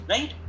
Right